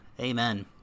Amen